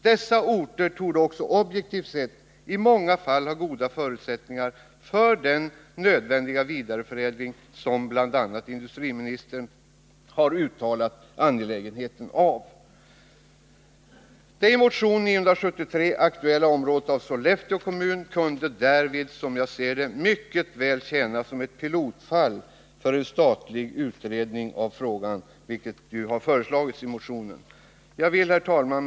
Dessa orter torde också objektivt sett i många fall ha goda förutsättningar för den vidareförädling som bl.a. industriministern uttalat som angelägen. Det i motion 973 aktualiserade området av Sollefteå kommun kunde därvid, som jag ser det. mycket väl tjäna som ett pilotfall för en statlig utredning av frågan, vilket har föreslagits i motionen. Jag vill, herr talman.